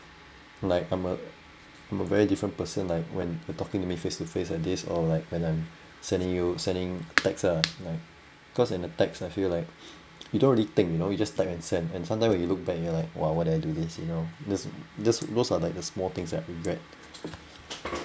like I'm a I'm a very different person like when you're talking to me face to face like this or like when I'm sending you sending text ah like cause in the text I feel like you don't really think you know you just type and send and sometime when you look back you like !wah! why do I do this you know those those are like the small things that I regret